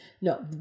No